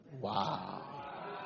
Wow